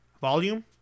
Volume